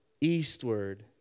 eastward